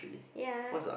ya